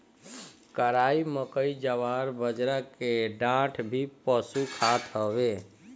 कराई, मकई, जवार, बजरा के डांठ भी पशु खात हवे